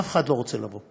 אף אחד לא רוצה לבוא.